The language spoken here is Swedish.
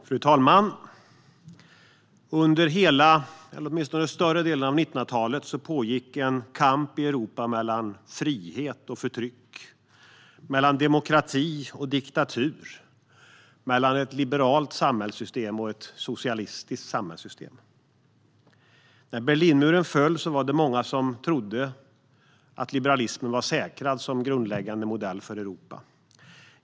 Fru talman! Under större delen av 1900-talet pågick en kamp i Europa mellan frihet och förtryck, mellan demokrati och diktatur, mellan ett liberalt samhällssystem och ett socialistiskt samhällssystem. När Berlinmuren föll var det många som trodde att liberalismen var säkrad som grundläggande modell för Europa.